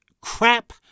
crap